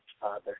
Father